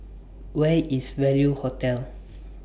Where IS Value Hotel